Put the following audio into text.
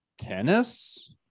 tennis